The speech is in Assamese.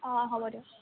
অঁ হ'ব দিয়ক